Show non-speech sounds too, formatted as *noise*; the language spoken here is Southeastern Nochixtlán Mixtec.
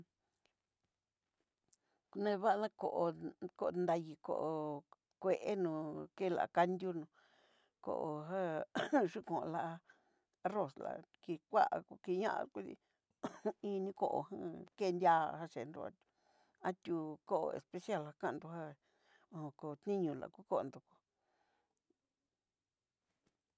Kevada kó kondayi kó kué nó kela kandió nó koo ja ¡ajam! Yukun lá arroz lá kii kuá, kí ña kudí ¡ hu j! *hesitation* Ini koo jan ken ndía yendó, ati'ó koo especial ajan ndojan oko tiño la koo kuandó.